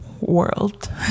world